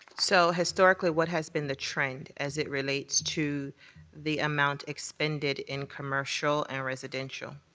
so historically what has been the trend as it relates to the amount expended in commercial and residential?